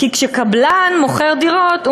כי כשקבלן מוכר דירות,